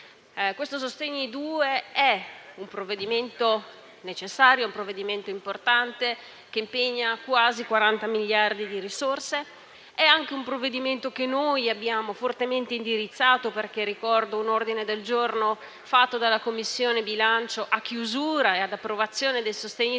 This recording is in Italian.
sostegni-*bis* è un provvedimento necessario e importante, che impegna quasi 40 miliardi di risorse. È altresì un provvedimento che noi abbiamo fortemente indirizzato perché ricordo un ordine del giorno predisposto dalla Commissione bilancio a chiusura e ad approvazione del sostegni-*bis*